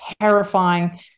terrifying